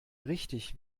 richtig